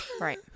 right